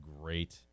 great